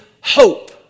hope